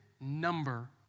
number